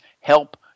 help